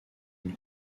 une